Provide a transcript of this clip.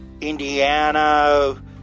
Indiana